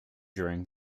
during